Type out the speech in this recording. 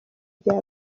igihe